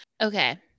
Okay